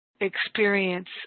experience